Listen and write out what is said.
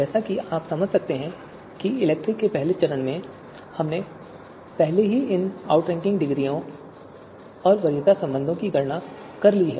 जैसा कि आप समझ सकते हैं कि इलेक्ट्री के पहले चरण में हमने पहले ही इन आउटरैंकिंग डिग्रियों और वरीयता संबंधों की गणना कर ली है